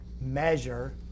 measure